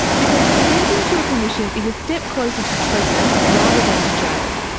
because presenting to a commission is a step closer to treatment rather than to jail.